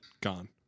gone